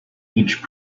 each